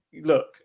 look